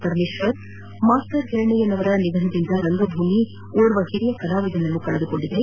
Parameshwar master ಹಿರಣ್ಣಯ್ಯನವರ ನಿಧನದಿಂದ ರಂಗಭೂಮಿಯು ಓರ್ವ ಹಿರಿಯ ಕಲಾವಿದರನ್ನು ಕಳೆದುಕೊಂಡಿದೆ